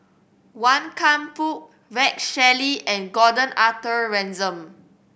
Wan Kam Fook Rex Shelley and Gordon Arthur Ransome